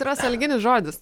yra sąlyginis žodis